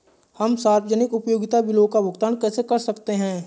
हम सार्वजनिक उपयोगिता बिलों का भुगतान कैसे कर सकते हैं?